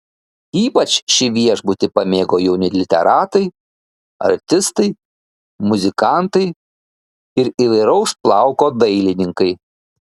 ypač šį viešbutį pamėgo jauni literatai artistai muzikantai ir įvairaus plauko dailininkai